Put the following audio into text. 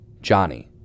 Johnny